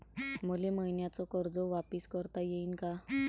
मले मईन्याचं कर्ज वापिस करता येईन का?